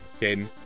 Caden